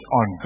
on